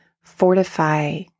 fortify